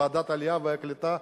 ועדת העלייה והקליטה,